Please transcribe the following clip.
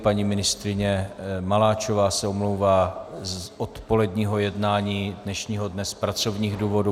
Paní ministryně Maláčová se omlouvá z odpoledního jednání dnešního dne z pracovních důvodů.